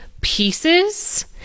pieces